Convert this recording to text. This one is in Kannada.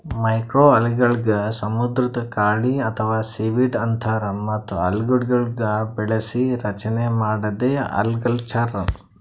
ಮೈಕ್ರೋಅಲ್ಗೆಗಳಿಗ್ ಸಮುದ್ರದ್ ಕಳಿ ಅಥವಾ ಸೀವೀಡ್ ಅಂತಾರ್ ಮತ್ತ್ ಅಲ್ಗೆಗಿಡಗೊಳ್ನ್ ಬೆಳಸಿ ರಚನೆ ಮಾಡದೇ ಅಲ್ಗಕಲ್ಚರ್